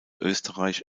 österreich